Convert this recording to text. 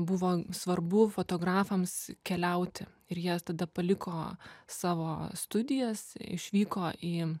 buvo svarbu fotografams keliauti ir jie tada paliko savo studijas išvyko į